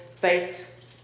faith